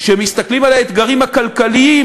כשמסתכלים על האתגרים הכלכליים